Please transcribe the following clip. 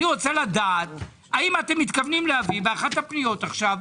אני רוצה לדעת האם אתם מתכוונים להביא באחת הפניות עכשיו,